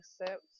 accept